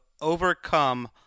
overcome